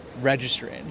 registering